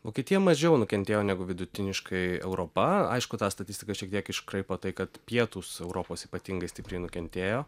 vokietija mažiau nukentėjo negu vidutiniškai europa aišku tą statistiką šiek tiek iškraipo tai kad pietūs europos ypatingai stipriai nukentėjo